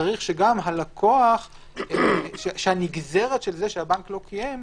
צריך שגם הנגזרת של זה שהבנק לא קיים,